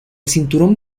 cinturón